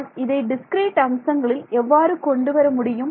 நான் இதை டிஸ்கிரீட் அம்சங்களில் எவ்வாறு கொண்டுவர முடியும்